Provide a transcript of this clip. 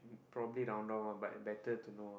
probably don't know ah but better to know ah